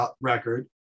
record